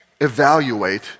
evaluate